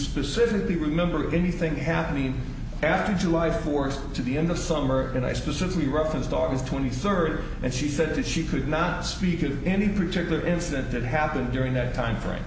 specifically remember anything happening after july fourth to be in the summer and i specifically referenced august twenty third and she said that she could not speak to any particular incident that happened during that timeframe